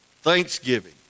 Thanksgiving